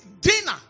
dinner